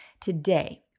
Today